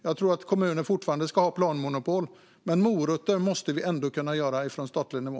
Jag tror att kommuner fortfarande ska ha planmonopol, men morötter måste vi ändå kunna ge från statlig nivå.